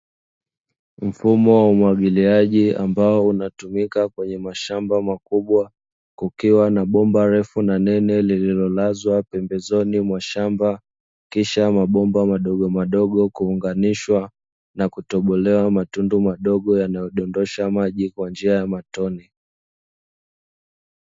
Mfumo wa umwagiliaji ambao unatumika kwenye mashamba makubwa, kukiwa na bomba refu na nene lililolazwa pembezoni mwa shamba, kisha mabomba madogo madogo kuunganishwa na kutobolewa matundu madogo yanayodondosha maji kwa njia ya matone.